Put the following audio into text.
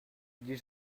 dis